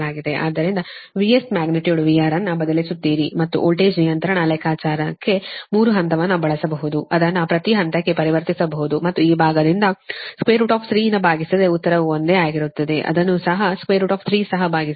ಆದ್ದರಿಂದ VS magnitude VR ಅನ್ನು ಬದಲಿಸುತ್ತೀರಿ ಮತ್ತು ವೋಲ್ಟೇಜ್ ನಿಯಂತ್ರಣ ಲೆಕ್ಕಾಚಾರಕ್ಕೆ 3 ಹಂತವನ್ನು ಬಳಸಬಹುದು ಅದನ್ನು ಪ್ರತಿ ಹಂತಕ್ಕೆ ಪರಿವರ್ತಿಸಬಹುದು ಮತ್ತು ಈ ಭಾಗದಿಂದ 3 ಭಾಗಿಸಿದರೆ ಉತ್ತರವು ಒಂದೇ ಆಗಿರುತ್ತದೆ ಇದನ್ನು ಸಹ 3ಸಹ ಭಾಗಿಸಿದೆ